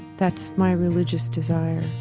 that's my religious desire